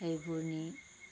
সেইবোৰ নি